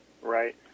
Right